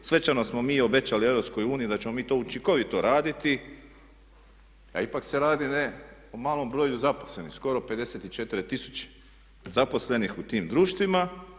Svečano smo mi obećali EU da ćemo mi to učinkovito raditi a ipak se radi ne o malom broju zaposlenih, skoro 54 000 zaposlenih u tim društvima.